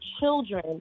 children